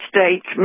States